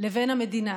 לבין המדינה.